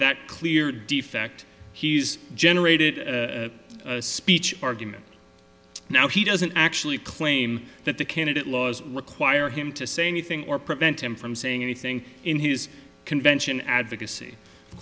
that clear defect he's generated speech argument now he doesn't actually claim that the candidate laws require him to say anything or prevent him from saying anything in his convention advocacy of